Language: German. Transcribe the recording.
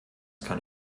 kann